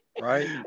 right